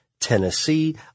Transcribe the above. tennessee